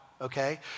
Okay